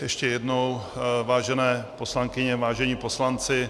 Ještě jednou, vážené poslankyně, vážení poslanci.